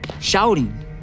shouting